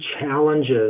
challenges